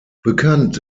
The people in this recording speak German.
bekannt